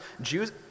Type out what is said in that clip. Jews